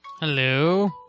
Hello